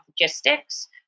logistics